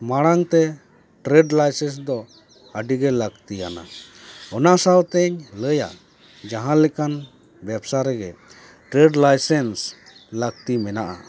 ᱢᱟᱲᱟᱝ ᱛᱮ trade licence ᱫᱚ ᱟᱹᱰᱤ ᱜᱮ ᱞᱟᱹᱠᱛᱤᱭᱟᱱᱟ ᱚᱱᱟ ᱥᱟᱶᱛᱮᱧ ᱞᱟᱹᱭᱟ ᱡᱟᱦᱟᱸ ᱞᱮᱠᱟᱱ ᱵᱮᱵᱽᱥᱟ ᱨᱮᱜᱮ ᱴᱨᱮᱹᱰ ᱞᱟᱭᱥᱮᱱᱥ ᱞᱟᱹᱠᱛᱤ ᱢᱮᱱᱟᱜᱼᱟ